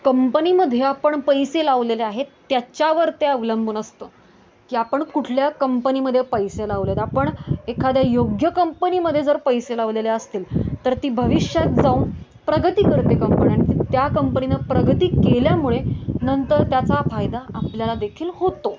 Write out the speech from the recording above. कंपनीमध्ये आपण पैसे लावलेले आहेत त्याच्यावर ते अवलंबून असतं की आपण कुठल्या कंपनीमध्ये पैसे लावलेत आपण एखाद्या योग्य कंपनीमध्ये जर पैसे लावलेले असतील तर ती भविष्यात जाऊन प्रगती करते कंपनी आणि त्या कंपनीनं प्रगती केल्यामुळे नंतर त्याचा फायदा आपल्याला देखील होतो